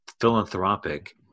philanthropic